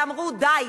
ואמרו: די,